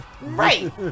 Right